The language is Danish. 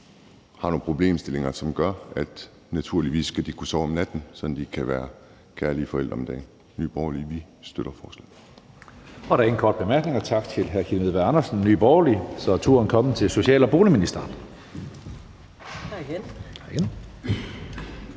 har nogle problemstillinger. De skal naturligvis kunne sove om natten, så de kan være kærlige forældre om dagen. Nye Borgerlige støtter forslaget.